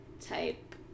type